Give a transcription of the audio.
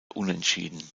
unentschieden